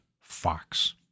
fox